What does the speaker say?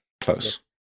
Close